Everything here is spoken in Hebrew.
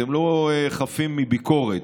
אתם לא חפים מביקורת.